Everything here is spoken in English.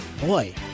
boy